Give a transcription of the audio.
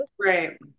right